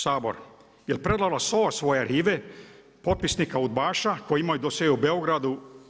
Sabor, jel predala SOA svoje arhive, potpisnike udbaša, koji imaju dosjee u Beogradu?